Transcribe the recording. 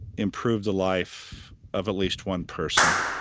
improve the life of at least one person.